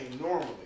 normally